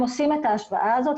הם עושים את ההשוואה הזאת,